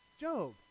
Job